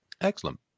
Excellent